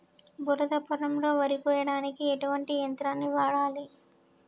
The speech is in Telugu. బురద పొలంలో వరి కొయ్యడానికి ఎటువంటి యంత్రాన్ని వాడాలి?